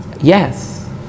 yes